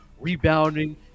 rebounding